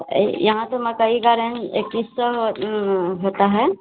यहाँ तो मकई इक्कीस सौ होता है